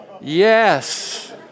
yes